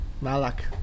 Malak